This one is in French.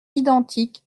identiques